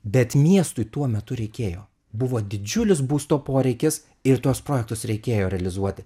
bet miestui tuo metu reikėjo buvo didžiulis būsto poreikis ir tuos projektus reikėjo realizuoti